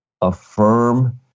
affirm